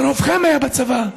ורובכם היה בצבא,